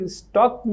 stock